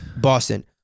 Boston